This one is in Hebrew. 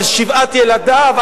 על שבעת ילדיו,